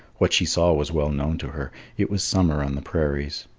what she saw was well known to her. it was summer on the prairies.